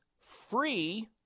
free